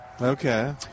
Okay